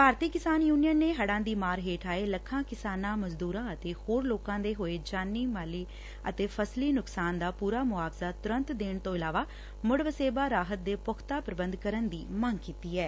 ਭਾਰਤੀ ਕਿਸਾਨ ਯੁਨੀਅਨ ਨੇ ਹੜਾਂ ਦੀ ਮਾਰ ਹੇਠ ਆਏ ਲੱਖਾਂ ਕਿਸਾਨਾਂ ਮਜ਼ਦੁਰਾਂ ਅਤੇ ਹੋਰ ਲੋਕਾਂ ਦੇ ਹੋਏ ਜਾਨੀ ਮਾਲੀ ਅਤੇ ਫਸਲੀ ਨੁਕਸਾਨ ਦਾ ਪੁਰਾ ਮੁਆਵਜ਼ਾ ਤੁਰੰਤ ਦੇਣ ਤੋਂ ਇਲਾਵਾ ਮੁੜ ਵਸੇਬਾ ਰਾਹਤ ਦੇ ਪੁਖਤਾ ਪੁਬੰਧ ਕਰਨ ਦੀ ਮੰਗ ਕੀਤੀ ਏ